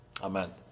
Amen